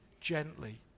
gently